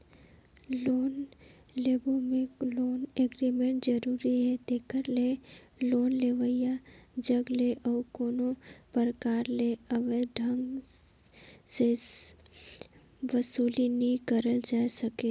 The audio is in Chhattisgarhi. लोन लेवब में लोन एग्रीमेंट जरूरी हे तेकरे ले लोन लेवइया जग ले अउ कोनो परकार ले अवैध ढंग ले बसूली नी करल जाए सके